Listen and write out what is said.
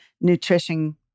nutrition